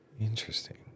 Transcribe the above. Interesting